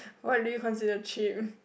what do you consider cheap